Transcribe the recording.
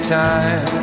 time